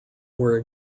were